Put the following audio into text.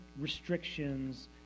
restrictions